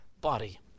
body